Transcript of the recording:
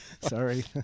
Sorry